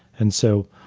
and so,